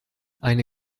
eine